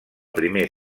primer